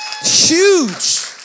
Huge